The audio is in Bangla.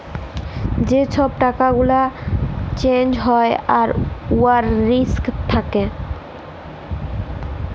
যে ছব টাকা গুলা চ্যাঞ্জ হ্যয় আর উয়ার রিস্ক থ্যাকে